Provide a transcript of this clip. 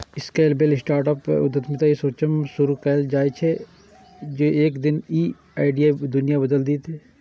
scalable startup उद्यमिता ई सोचसं शुरू कैल जाइ छै, जे एक दिन ई आइडिया दुनिया बदलि देतै